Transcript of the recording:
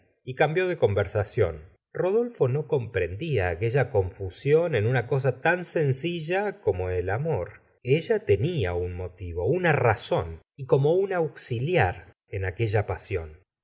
y cam bió de conversación rodolfo no comprendía aqüella confusión en una cosa tan sencilla como el amor ella tenia un motivo una razón y como un auxiliar en aquella pasión